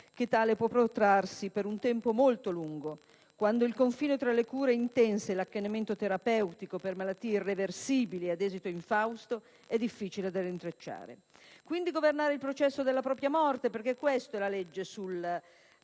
che tale può protrarsi per un tempo molto lungo, quando il confine fra le cure intense e l'accanimento terapeutico per malattie irreversibili ad esito infausto è difficile da rintracciare. Si tratta quindi di governare il processo della propria morte, perché questa è la legge sul